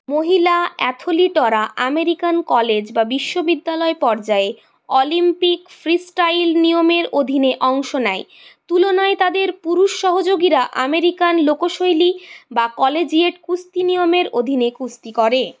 মহিলা অ্যাথলিটরা American college বা বিশ্ববিদ্যালয় পর্যায়ে অলিম্পিক ফ্রিস্টাইল নিয়মের অধীনে অংশ নেয় তুলনায় তাদের পুরুষ সহযোগীরা আমেরিকান লোকশৈলী বা কলেজিয়েট কুস্তি নিয়মের অধীনে কুস্তি করে